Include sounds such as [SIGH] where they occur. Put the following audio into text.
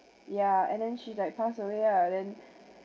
ya and then she like passed away lah then [BREATH]